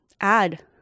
add